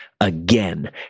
again